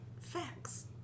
Facts